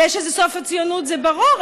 זה שזה סוף הציונות זה ברור,